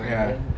ya